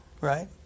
right